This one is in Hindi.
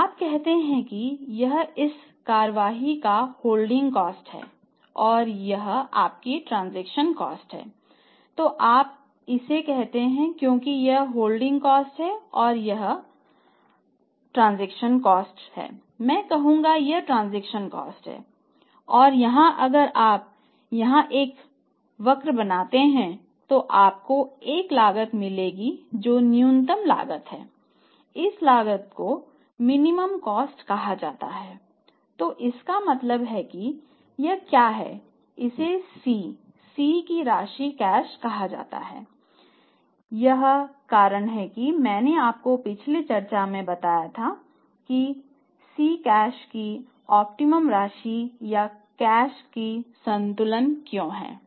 तो आप कहते हैं कि यह इस कार्यवाही की होल्डिंग कॉस्ट राशि या कैश का संतुलन क्यों है